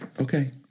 okay